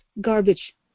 garbage